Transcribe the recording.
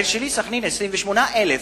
בסח'נין למשל יש 28,000,